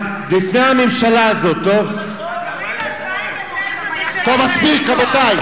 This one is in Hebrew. לפני הממשלה הזאת, באפריל 2009, מספיק, רבותי.